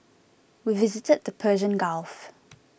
we visited the Persian Gulf